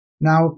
Now